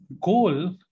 goal